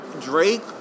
Drake